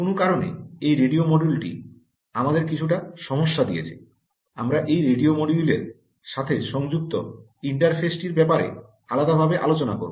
কোন কারণে এই রেডিও মডিউলটি আমাদের কিছুটা সমস্যা দিয়েছে আমরা এই রেডিও মডিউলের সাথে সংযুক্ত ইন্টারফেসটির ব্যাপারে আলাদাভাবে আলোচনা করব